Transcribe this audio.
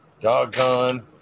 Doggone